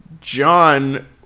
John